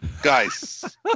Guys